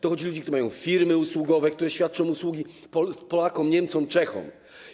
Tu chodzi o ludzi, którzy mają firmy usługowe, które świadczą usługi Polakom, Niemcom, Czechom.